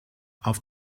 auf